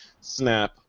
snap